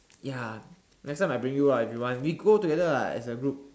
ya next time I bring you ah if you want we go together lah as a group